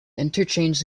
interchanges